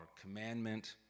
commandment